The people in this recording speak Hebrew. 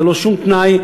ללא שום תנאי,